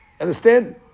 Understand